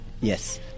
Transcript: Yes